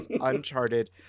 uncharted